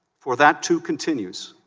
for that to continue its